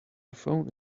phone